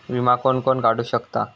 विमा कोण कोण काढू शकता?